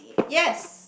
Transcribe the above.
yes